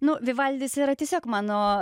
nu vivaldis yra tiesiog mano